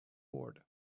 board